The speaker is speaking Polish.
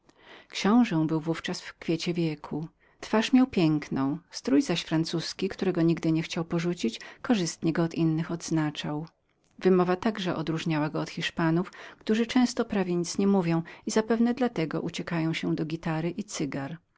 ten był naówczas w kwiecie wieku twarz miał piękną strój zaś francuzki którego nigdy nie chciał porzucić korzystnie go między innymi odznaczał rozmowa jego także odróżniała go od hiszpanów którzy często prawie nic nie mówią i zapewne dla tego uciekają się do gitary i cygar